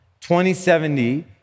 2070